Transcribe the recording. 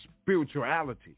spirituality